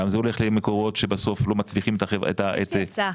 גם זה הולך למקורות לא מצליחים --- קרן: יש לי הצעה.